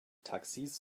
taxis